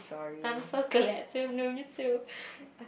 I'm so glad to have known you too